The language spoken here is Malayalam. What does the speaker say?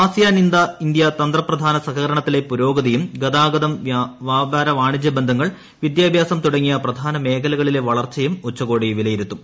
ആസിയാൻ ഇന്ത്യ തന്ത്രപ്രധാന സഹകരണത്തിലെ പുരോഗതിയും ഗതാഗതം വൃാപാര വാണിജൃ ബന്ധങ്ങൾ വിദ്യാഭ്യാസം തുടങ്ങിയ പ്രധാന മേഖലകളിലെ വളർച്ചയും ഉച്ചകോടി വിലയിരുത്തും